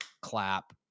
clap